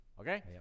okay